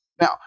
Now